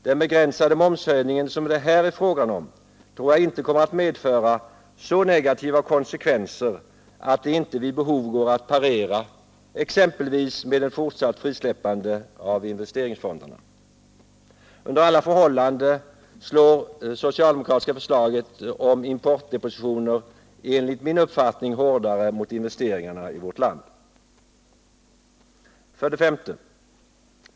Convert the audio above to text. Den begränsade momshöjning som det här är frågan om tror jag inte kommer att medföra så negativa konsekvenser att de inte vid behov går att parera, exempelvis med ett fortsatt frisläppande av investeringsfonderna. Under alla förhållanden slår det socialdemokratiska förslaget om importdepositioner enligt min 143 uppfattning hårdare mot investeringarna i vårt land. 5.